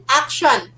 action